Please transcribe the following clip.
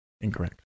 Incorrect